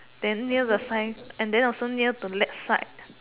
then near the sign and then also near the lake side